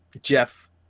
Jeff